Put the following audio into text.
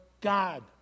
God